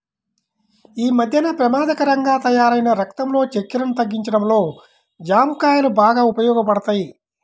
యీ మద్దెన పెమాదకరంగా తయ్యారైన రక్తంలో చక్కెరను తగ్గించడంలో జాంకాయలు బాగా ఉపయోగపడతయ్